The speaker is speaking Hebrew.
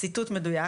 ציטוט מדויק